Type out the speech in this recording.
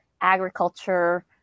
agriculture